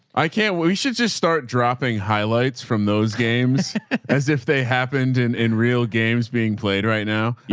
i can't, well, we should just start dropping highlights from those games as if they happened in, in real games being played right now.